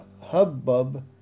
hubbub